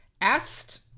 asked